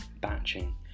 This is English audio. batching